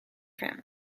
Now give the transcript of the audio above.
family